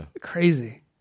Crazy